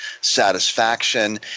satisfaction